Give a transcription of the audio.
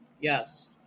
Yes